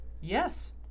Yes